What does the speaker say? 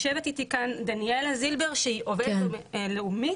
יושבת איתי כאן דניאלה זילבר שהיא עובדת בלאומית